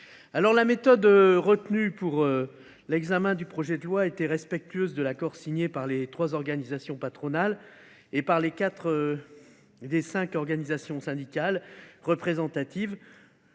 La méthode retenue pour l’examen de ce projet de loi était respectueuse de l’accord signé par les trois organisations patronales et quatre des cinq organisations syndicales représentatives.